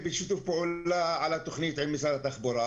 בבקשה, יש תשובה, משרד התחבורה?